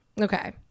okay